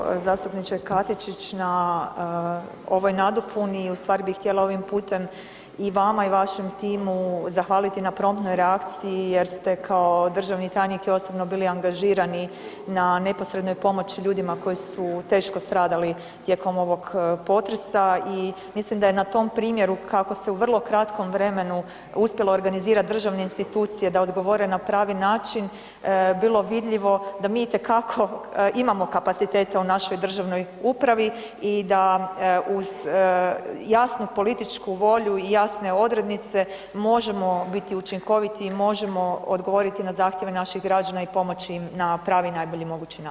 Hvala lijepo zastupniče Katičić na ovoj nadopuni i u stvari bi htjela ovim putem i vama i vašem timu zahvaliti na promptnoj reakciji jer ste kao državni tajnik i osobno bili angažirani na neposrednoj pomoći ljudima koji su teško stradali tijekom ovog potresa i mislim da je na tom primjeru kako se u vrlo kratkom vremenu uspjelo organizirati državne institucije da odgovore na pravi način bilo vidljivo da mi itekako imamo kapaciteta u našoj državnoj upravi i da uz jasnu političku volju i jasne odrednice možemo biti učinkoviti i možemo odgovoriti na zahtjeve naših građana i pomoći im na pravi i najbolji mogući način.